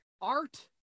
Art